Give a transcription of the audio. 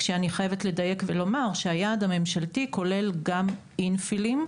כשאני חייבת לדייק ולומר שהיעד הממשלתי כולל גם אינפילים,